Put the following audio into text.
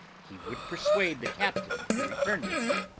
he would persuade the captain to return with him.